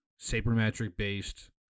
sabermetric-based